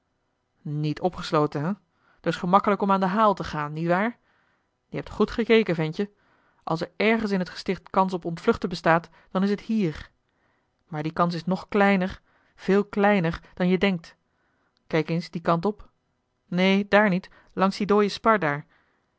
niet opgesloten he dus gemakkelijk om aan den haal te gaan niet waar je hebt goed gekeken ventje als er ergens in het gesticht kans op ontvluchten bestaat dan is het hier maar die kans is nog kleiner veel kleiner dan je denkt kijk eens dien kant op neen daar niet langs dien dooden spar